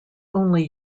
only